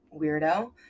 weirdo